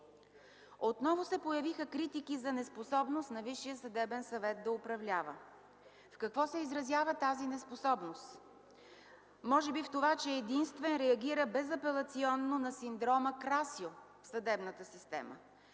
Отново се появиха критики за неспособност на Висшия съдебен съвет да управлява. В какво се изразява тази неспособност? Може би в това, че единствен реагира безапелационно на синдрома „Красьо” в съдебната система?